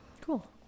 cool